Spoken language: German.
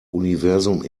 universum